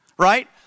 Right